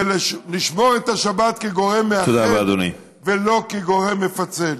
ולשמור את השבת כגורם מאחד ולא כגורם מפצל.